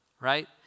right